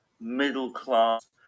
middle-class